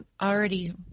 already